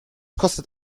kostet